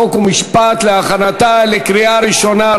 חוק ומשפט להכנתה לקריאה ראשונה.